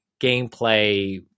gameplay